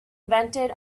invented